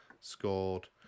scored